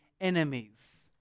enemies